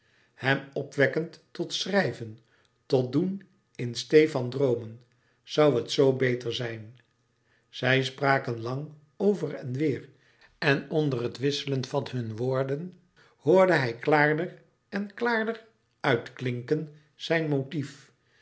hem opwekkend tot schrijven tot doen in steê van droomen zoû het zoo beter zijn zij spraken lang over en weêr en onder het wisselen van hun woorden hoorde hij klaarder en klaarder uitklinken zijn motief